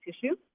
tissue